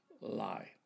lie